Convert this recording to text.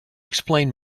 explain